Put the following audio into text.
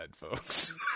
folks